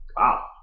Wow